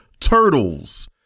Turtles